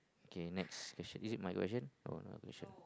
okay next is isn't my question oh no it should